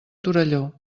torelló